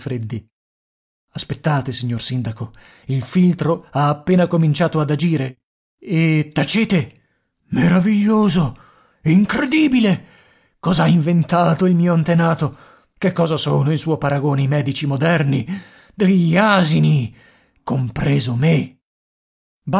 aspettate signor sindaco il filtro ha appena cominciato ad agire e tacete meraviglioso incredibile cos'ha inventato il mio antenato che cosa sono in suo paragone i medici moderni degli asini compreso me